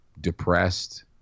depressed